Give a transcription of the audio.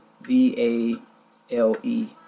V-A-L-E